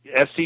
SC